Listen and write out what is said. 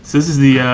this is the